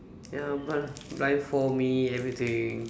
ya blind blindfold me everything